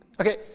Okay